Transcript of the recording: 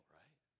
right